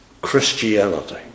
Christianity